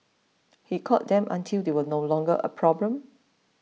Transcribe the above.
he caught them until they were no longer a problem